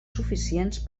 suficients